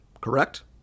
correct